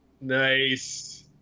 nice